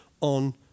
on